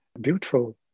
beautiful